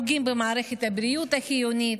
פוגעים במערכת הבריאות החיונית.